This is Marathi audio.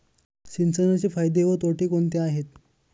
सिंचनाचे फायदे व तोटे कोणते आहेत?